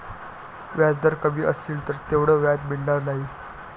व्याजदर कमी असतील तर तेवढं व्याज मिळणार नाही